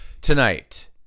Tonight